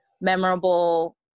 memorable